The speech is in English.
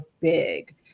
big